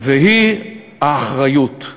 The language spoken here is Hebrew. והיא האחריות.